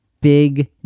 Big